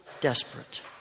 Desperate